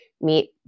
meet